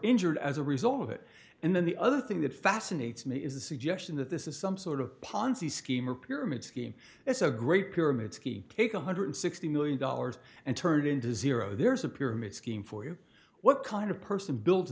injured as a result of it and then the other thing that fascinates me is the suggestion that this is some sort of ponzi scheme or pyramid scheme it's a great pyramid scheme take one hundred sixty million dollars and turn it into zero there's a pyramid scheme for you what kind of person builds